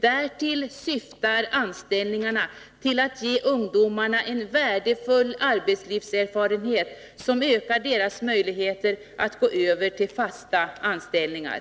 Därtill syftar anställningarna till att ge ungdomarna en värdefull arbetslivserfarenhet som ökar deras möjligheter att gå över till fasta anställningar.”